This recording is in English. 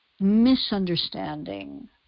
misunderstanding